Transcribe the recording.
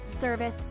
service